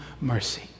mercy